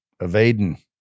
evading